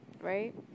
right